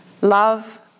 love